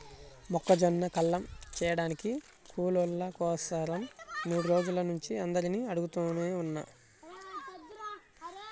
మొక్కజొన్న కల్లం చేయడానికి కూలోళ్ళ కోసరం మూడు రోజుల నుంచి అందరినీ అడుగుతనే ఉన్నా